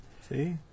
See